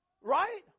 Right